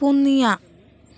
ᱯᱩᱱᱤᱭᱟ